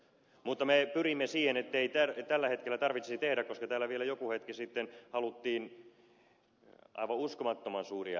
mutta me pyrimme siihen ettei tällä hetkellä tarvitsisi tehdä koska täällä vielä joku hetki sitten haluttiin aivan uskomattoman suuria elvytyspaketteja